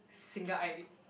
single eyelid